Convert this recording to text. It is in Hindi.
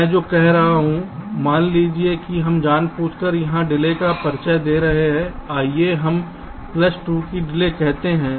मैं जो कह रहा हूं मान लीजिए कि हम जानबूझकर यहां डिले का परिचय दे रहे हैं आइए हम प्लस 2 की डिले कहते हैं